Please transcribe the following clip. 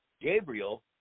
Gabriel